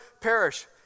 perish